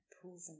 proven